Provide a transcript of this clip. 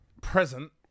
present